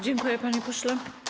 Dziękuję, panie pośle.